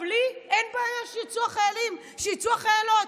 לי אין בעיה שיצאו החיילים, שיצאו החיילות,